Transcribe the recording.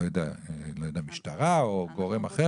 לא יודע, למשטרה או גורם אחר.